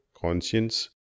conscience